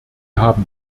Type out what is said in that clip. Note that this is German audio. haben